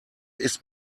ist